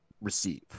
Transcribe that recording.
receive